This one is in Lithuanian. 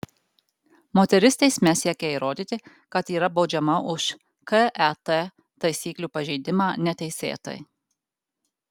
moteris teisme siekia įrodyti kad yra baudžiama už ket taisyklių pažeidimą neteisėtai